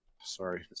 Sorry